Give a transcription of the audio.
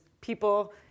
people